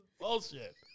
Bullshit